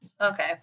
okay